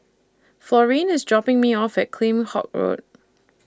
Florine IS dropping Me off At Kheam Hock Road